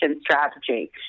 strategy